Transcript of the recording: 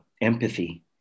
empathy